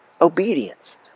obedience